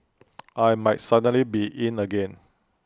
I might suddenly be 'in' again